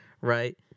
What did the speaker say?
right